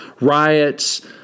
Riots